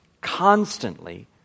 constantly